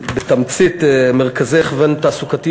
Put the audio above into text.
בתמצית: מרכזי הכוון תעסוקתי,